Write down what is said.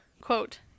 quote